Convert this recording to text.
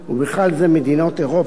ובכלל זה מדינות אירופה,